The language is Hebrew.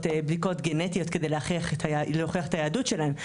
בדיקות גנטיות כדי להוכיח את היהדות שלהן,